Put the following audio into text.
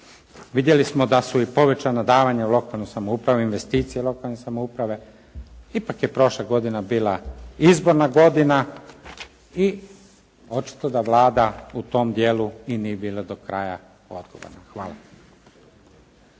Vidjeli smo da su i povećana davanja u lokalnu samoupravu, investicije lokalne samouprave. Ipak je prošla godina bila izborna godina i očito da Vlada u tom dijelu i nije bila do kraja odgovorna. Hvala.